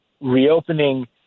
reopening